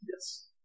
Yes